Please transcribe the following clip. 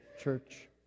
church